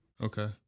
Okay